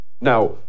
Now